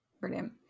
Brilliant